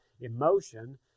emotion